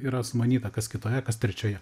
yra sumanyta kas kitoje kas trečioje